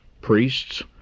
priests